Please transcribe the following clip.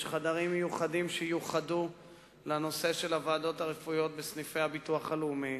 יש חדרים מיוחדים שיוחדו לנושא הוועדות הרפואיות בסניפי הביטוח הלאומי,